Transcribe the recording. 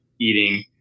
eating